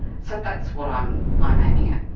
so that's what i'm i'm aiming at.